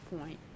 point